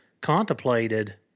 contemplated